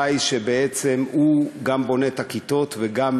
שהוא גם בונה את הכיתות וגם,